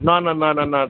না না না না না